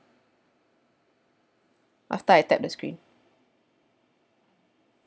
after I tapped the screen